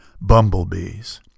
bumblebees